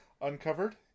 uncovered